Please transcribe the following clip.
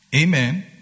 amen